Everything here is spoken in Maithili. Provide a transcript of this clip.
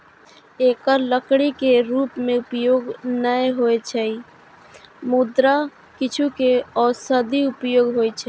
एकर लकड़ी के रूप मे उपयोग नै होइ छै, मुदा किछु के औषधीय उपयोग होइ छै